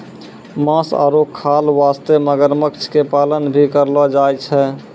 मांस आरो खाल वास्तॅ मगरमच्छ के पालन भी करलो जाय छै